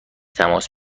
تماس